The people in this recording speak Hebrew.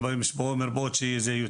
יש מרפאות שזה יותר.